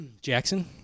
Jackson